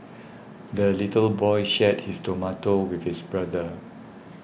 the little boy shared his tomato with his brother